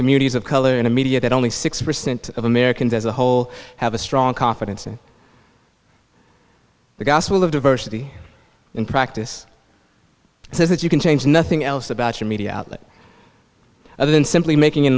communities of color in a media that only six percent of americans as a whole have a strong confidence in the gospel of diversity in practice so that you can change nothing else about your media outlet other than simply making an